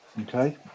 Okay